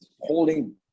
holding